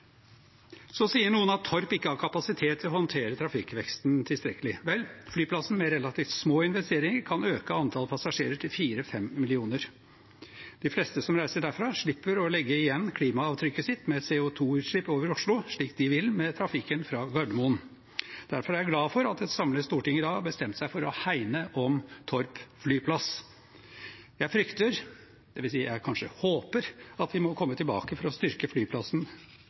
Så sier noen at Torp ikke har kapasitet til å håndtere trafikkveksten tilstrekkelig. Vel, flyplassen kan, med relativt små investeringer, øke antallet passasjerer til 4–5 millioner. De fleste som reiser derfra, slipper å legge igjen klimaavtrykket sitt med CO 2 -utslipp over Oslo, slik de vil med trafikken fra Gardermoen. Derfor er jeg glad for at et samlet storting i dag har bestemt seg for å hegne om Torp flyplass. Jeg frykter – dvs. jeg kanskje håper – at vi må komme tilbake for å styrke flyplassen